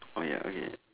orh ya okay